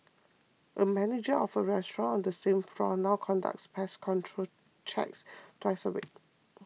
a manager of a restaurant on the same floor now conducts pest control checks twice a week